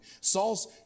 Saul's